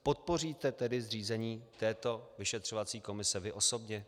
Podpoříte tedy zřízení této vyšetřovací komise vy osobně?